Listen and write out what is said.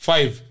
Five